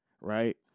right